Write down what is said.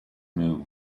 move